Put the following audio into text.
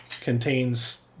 contains